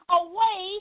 away